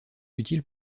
utiles